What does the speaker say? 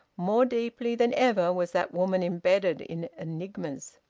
more deeply than ever was that woman embedded in enigmas.